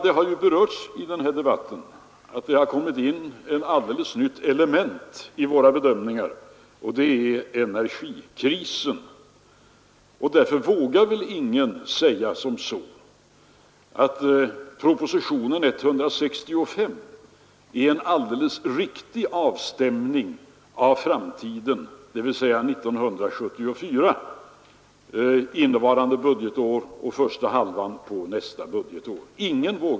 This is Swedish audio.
Det har sagts i den här debatten, att det har kommit in ett alldeles nytt element i våra bedömningar, nämligen energikrisen. Därför vågar väl ingen säga, att propositionen 165 är en alldeles riktig avstämning av framtiden, dvs. av år 1974 — andra delen av innevarande budgetår och första delen av nästa budgetår.